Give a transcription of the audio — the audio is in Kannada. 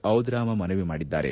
ಟಿದ್ರಾಮ ಮನವಿ ಮಾಡಿದ್ದಾರೆ